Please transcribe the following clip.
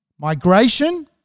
Migration